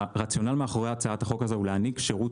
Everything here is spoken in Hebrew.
הרציונל מאחורי הצעת החוק הזאת היא להעניק שירות